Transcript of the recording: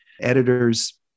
editors